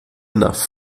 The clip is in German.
nach